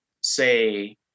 say